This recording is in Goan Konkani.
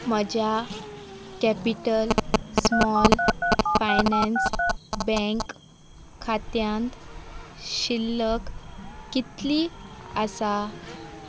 म्हज्या कॅपिटल स्मॉल फायनॅन्स बँक खात्यांत शिल्लक कितली आसा